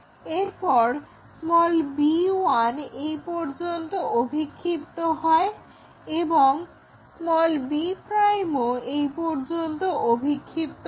এরপর b1 এই পর্যন্ত অভিক্ষিপ্ত হয় এবং b ও এই পর্যন্ত অভিক্ষিপ্ত হয়